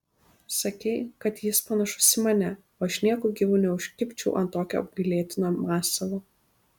sakei kad jis panašus į mane o aš nieku gyvu neužkibčiau ant tokio apgailėtino masalo